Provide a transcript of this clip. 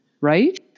right